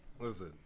Listen